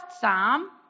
Psalm